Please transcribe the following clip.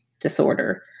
disorder